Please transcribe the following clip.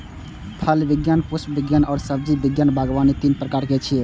फल विज्ञान, पुष्प विज्ञान आ सब्जी विज्ञान बागवानी तीन प्रकार छियै